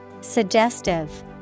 Suggestive